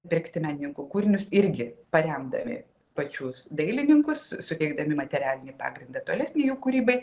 pirkti menininkų kūrinius irgi paremdami pačius dailininkus suteikdami materialinį pagrindą tolesnei jų kūrybai